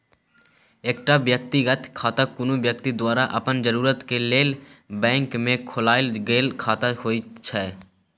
एकटा व्यक्तिगत खाता कुनु व्यक्ति द्वारा अपन जरूरत के लेल बैंक में खोलायल गेल खाता होइत छै